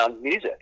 music